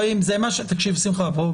זה מה ששמענו, תקשיב שמחה, בוא.